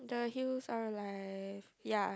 the hills are like ya